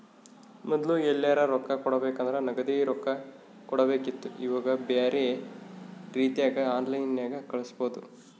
ಮೊದ್ಲು ಎಲ್ಯರಾ ರೊಕ್ಕ ಕೊಡಬೇಕಂದ್ರ ನಗದಿ ರೊಕ್ಕ ಕೊಡಬೇಕಿತ್ತು ಈವಾಗ ಬ್ಯೆರೆ ರೀತಿಗ ಆನ್ಲೈನ್ಯಾಗ ಕಳಿಸ್ಪೊದು